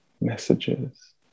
messages